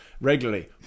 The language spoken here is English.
Regularly